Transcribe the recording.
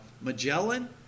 Magellan